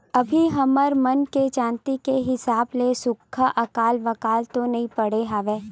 अभी हमर मन के जानती के हिसाब ले सुक्खा अकाल वकाल तो नइ परे हवय